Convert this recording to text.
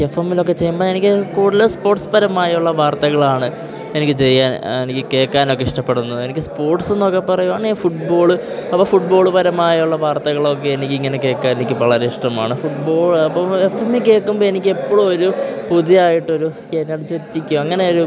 F എമ്മിലൊക്കെ ചെയ്യുമ്പോൾ എനിക്ക് കൂടുതൽ സ്പോർട്സ് പരമായുള്ള വാർത്തകളാണ് എനിക്ക് ചെയ്യാൻ എനിക്ക് കേൾക്കാനൊക്കെ ഇഷ്ടപ്പെടുന്നത് എനിക്ക് സ്പോർട്ട്സെന്നൊക്കെ പറയുകയാണെ ഫുട്ബോൾ അപ്പം ഫുട്ബോൾ പരമായുള്ള വാർത്തകളൊക്കെ എനിക്കിങ്ങനെ കേൾക്കാൻ എനിക്ക് വളരെ ഇഷ്ടമാണ് ഫുട്ബോൾ അപ്പോൾ എഫ് എമ്മീ കേൾക്കുമ്പോൾ എനിക്ക് എപ്പോളൊരു പുതിയതായിട്ടൊരു എനർജെറ്റിക് അങ്ങനെ ഒരു